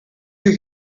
you